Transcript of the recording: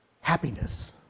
happiness